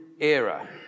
era